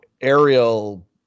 aerial